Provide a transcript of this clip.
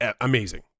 amazing